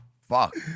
Fuck